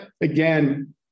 again